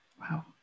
wow